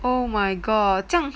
oh my god 这样